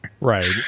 Right